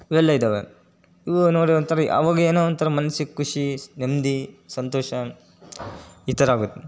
ಇವೆಲ್ಲ ಇದ್ದಾವೆ ಇವು ನೋಡ್ರೆ ಒಂಥರ ಅವಾಗ ಏನೋ ಒಂಥರ ಮನ್ಸಿಗೆ ಖುಷಿ ಸ್ ನೆಮ್ಮದಿ ಸಂತೋಷ ಈ ಥರ ಆಗುತ್ತೆ